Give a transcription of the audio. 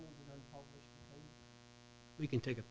we can take